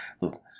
look